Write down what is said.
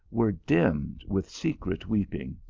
were dimmed with secret weeping.